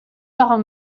par